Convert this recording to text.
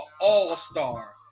all-star